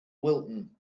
wilton